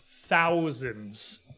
thousands